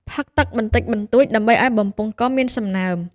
ផឹកទឹកបន្តិចបន្តួចដើម្បីឱ្យបំពង់កមានសំណើម។